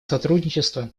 сотрудничество